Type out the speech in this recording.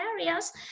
areas